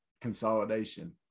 consolidation